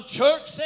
church